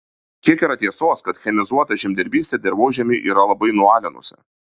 kiek yra tiesos kad chemizuota žemdirbystė dirvožemį yra labai nualinusi